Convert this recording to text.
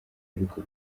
ariko